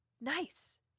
nice